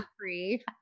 free